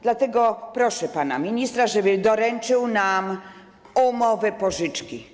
Dlatego proszę pana ministra, żeby doręczył nam umowę pożyczki.